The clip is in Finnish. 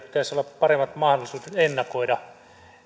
pitäisi olla paremmat mahdollisuudet ennakoida